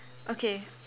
okay